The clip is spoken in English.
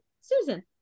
Susan